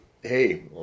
hey